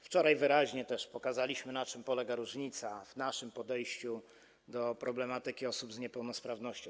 Wczoraj też wyraźnie pokazaliśmy, na czym polega różnica w naszym podejściu do problematyki osób z niepełnosprawnością.